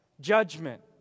judgment